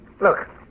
Look